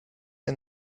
ein